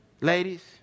Ladies